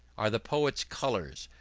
are the poet's colours,